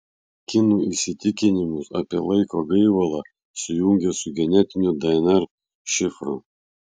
kinų įsitikinimus apie laiko gaivalą sujungė su genetiniu dnr šifru